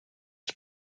ich